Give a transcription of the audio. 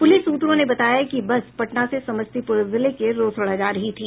police सूत्रों ने बताया कि बस पटना से समस्तीपुर जिले के रोसड़ा जा रही थी